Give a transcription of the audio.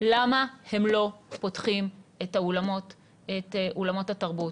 למה הם לא פותחים את אולמות התרבות.